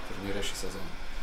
turnyre šį sezoną